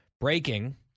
breaking